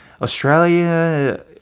Australia